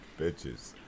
bitches